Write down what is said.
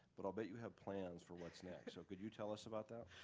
but i'll bet you have plans for what's next. so could you tell us about that?